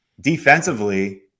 Defensively